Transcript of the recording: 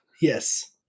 Yes